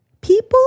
People